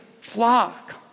flock